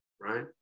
right